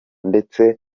ndetse